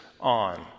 on